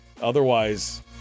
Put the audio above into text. Otherwise